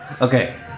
okay